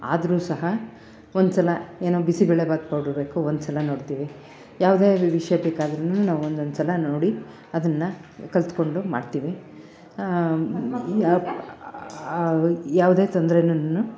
ಆದರೂ ಸಹ ಒಂದ್ಸಲ ಏನು ಬಿಸಿ ಬೇಳೆಭಾತ್ ಪೌಡ್ರು ಬೇಕು ಒಂದ್ಸಲ ನೋಡ್ತೀವಿ ಯಾವುದೇ ವಿಷಯ ಬೇಕಾದ್ರುನು ನಾವು ಒಂದೊಂದು ಸಲ ನೋಡಿ ಅದನ್ನ ಕಲ್ತ್ಕೊಂಡು ಮಾಡ್ತೀವಿ ಯಾವುದೇ ತೊಂದ್ರೆನುನು